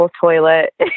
toilet